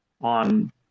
on